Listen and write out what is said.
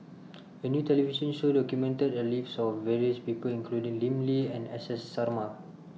A New television Show documented The Lives of various People including Lim Lee and S S Sarma